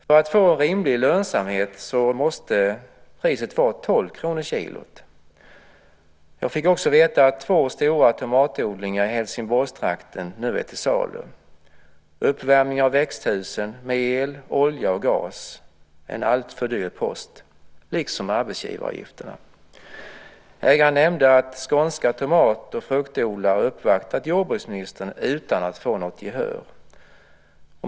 För att få en rimlig lönsamhet måste priset vara 12 kr per kilo. Jag fick också veta att två stora tomatodlingar i Helsingborgstrakten nu är till salu. Uppvärmning av växthusen med el, olja och gas är en alltför dyr post liksom arbetsgivaravgifterna. Ägaren nämnde att skånska tomat och fruktodlare uppvaktat jordbruksministern utan att få något gehör.